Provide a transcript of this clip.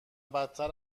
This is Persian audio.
بدتر